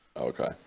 Okay